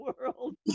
world